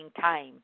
time